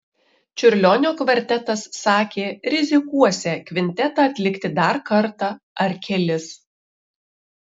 čiurlionio kvartetas sakė rizikuosią kvintetą atlikti dar kartą ar kelis